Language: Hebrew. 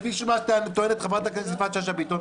לפי מה שטוענת חברת הכנסת יפעת שאשא ביטון,